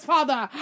Father